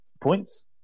points